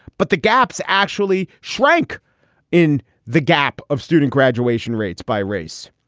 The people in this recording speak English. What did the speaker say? but the gaps actually shrank in the gap of student graduation rates by race.